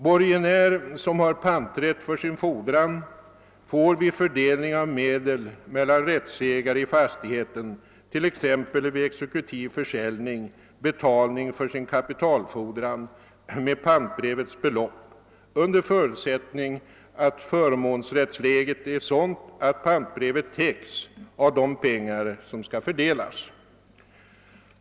Borgenär som har panträtt för sin fordran får vid fördelning av medel mellan rättsägare i fastigheten, t.ex. vid exekutiv försäljning, betalning för sin kapitalfordran med pantbrevets belopp under förutsättning att förmånsrättsläget är sådant att pantbrevet täcks av de pengar som skall fördelas.